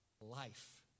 life